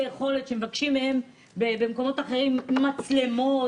יכולת שמבקשים מהם במקומות אחרים מצלמות.